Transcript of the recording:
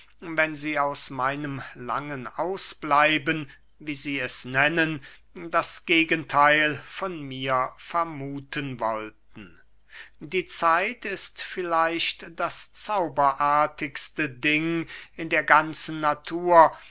wenn sie aus meinem langen ausbleiben wie sie es nennen das gegentheil von mir vermuthen wollten die zeit ist vielleicht das zauberartigste ding in der ganzen natur